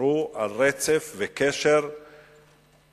שמרו על רצף וקשר מדיני,